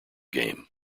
game